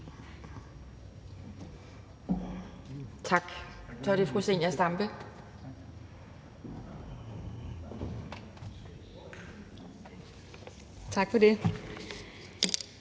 Tak. Så er det fru Zenia Stampe. Kl.